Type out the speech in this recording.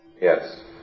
Yes